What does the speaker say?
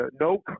no